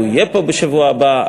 הוא יהיה פה בשבוע הבא,